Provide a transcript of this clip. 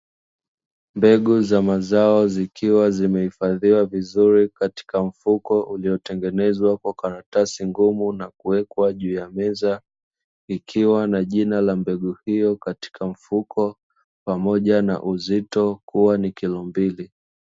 Mbegu za mazao, zikiwa zimehifadhiwa vizuri katika mfuko uliotengenezwa kwa karatasi ngumu na kuwekwa juu ya meza, ikiwa na jina la mbegu hiyo katika mfuko pamoja na uzito kuwa ni kilo mbili.